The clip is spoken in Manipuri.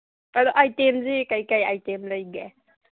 ꯑꯥꯏꯇꯦꯝꯁꯤ ꯀꯩꯀꯩ ꯑꯥꯏꯇꯦꯝ ꯂꯩꯒꯦ